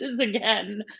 again